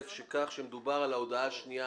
כך שמדובר על ההודעה השנייה